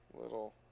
little